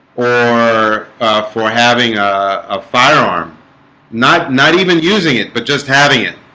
or for having a firearm not not even using it, but just having it.